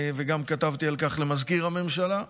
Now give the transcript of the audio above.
וגם כתבתי על כך למזכיר הממשלה.